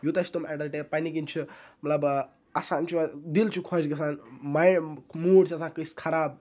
یوٗتاہ چھِ تم اٮ۪نٹَرٹین پنٛنہِ کِنۍ چھُ مطلب اَسان چھُ دِل چھُ خۄش گژھان ماینٛڈ موٗڈ چھِ آسان کٲنٛسہِ خراب